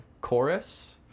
chorus